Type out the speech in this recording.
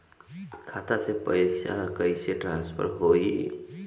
खाता से पैसा कईसे ट्रासर्फर होई?